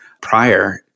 prior